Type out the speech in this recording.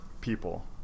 people